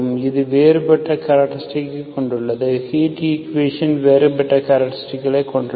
இது வேறுபட்ட கேரக்டரிஸ்டிக் கொண்டுள்ளது ஹீட் ஈக்குவேஷன் வேறுபட்ட கேரக்டரிஸ்டிக் கொண்டுள்ளது